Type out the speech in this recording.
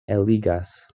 eligas